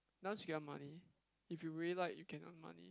dance you can earn money if you really like you can earn money